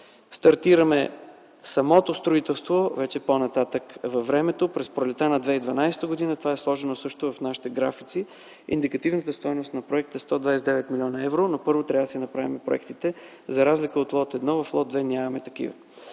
Стартираме самото строителство по-нататък във времето – през пролетта на 2012 г. – това е сложено също в нашите графици. Индикативната стойност на проекта е 129 млн. евро, но първо трябваше да правим проектите. За разлика от лот-1, в лот-2 нямаме такива.